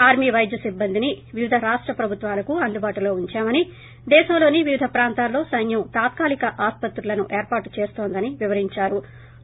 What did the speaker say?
army వైద్య సిబ్బందిని వివిధ రాష్ట ప్రభుత్పాలకు అందుబాటులో ఉందామని దేశంలోని వివిధ ప్రాంతాల్లో సైన్యం తాత్కాలీక ఆసుపత్రులను ఏర్పాటు చేస్తోందని వివరించారు